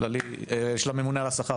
של הממונה על השכר,